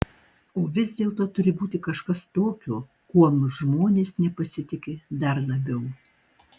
o vis dėlto turi būti kažkas tokio kuom žmonės nepasitiki dar labiau